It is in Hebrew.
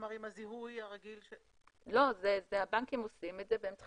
חברות כרטיסי האשראי עושות את זה והן צריכות